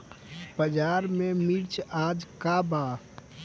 बाजार में मिर्च आज का बा?